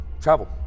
travel